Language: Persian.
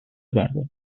برداره